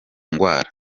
ngwara